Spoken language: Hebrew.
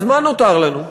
אז מה נותר לנו?